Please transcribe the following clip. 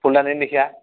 ফুলদানি লেখিয়া